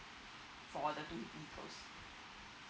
for the two vehicles